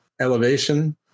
Elevation